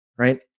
right